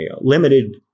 limited